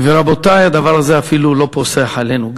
ורבותי, הדבר הזה אפילו לא פוסח עלינו.